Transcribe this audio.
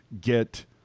get